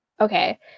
okay